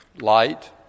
light